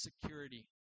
security